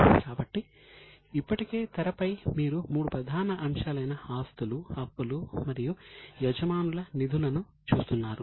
కాబట్టి ఇప్పటికే తెరపై మీరు మూడు ప్రధాన అంశాలు అయిన ఆస్తులు ను చూస్తున్నారు